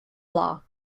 law